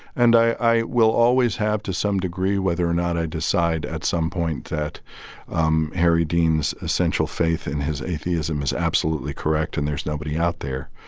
and i will always have to some degree, whether or not i decide at some point that um harry deems essential faith in his atheism is absolutely correct and there's nobody out there,